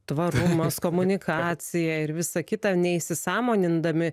tvarumas komunikacija ir visa kita neįsisąmonindami